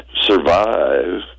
survive